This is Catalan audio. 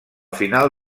final